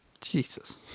Jesus